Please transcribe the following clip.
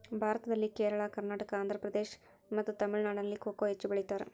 ಭಾರತದಲ್ಲಿ ಕೇರಳ, ಕರ್ನಾಟಕ, ಆಂಧ್ರಪ್ರದೇಶ್ ಮತ್ತು ತಮಿಳುನಾಡಿನಲ್ಲಿ ಕೊಕೊ ಹೆಚ್ಚು ಬೆಳಿತಾರ?